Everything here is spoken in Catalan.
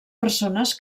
persones